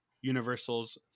Universal's